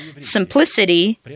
Simplicity